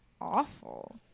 awful